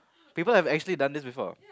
people have actually done this before